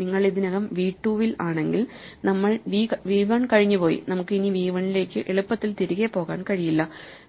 നിങ്ങൾ ഇതിനകം വി 2വിൽ ആണെങ്കിൽ നമ്മൾ വി 1 കഴിഞ്ഞു പോയി നമുക്ക് ഇനി വി 1 ലേക്ക് എളുപ്പത്തിൽ തിരികെ പോകാൻ കഴിയില്ല